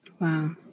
Wow